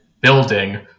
building